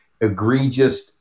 egregious